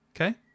Okay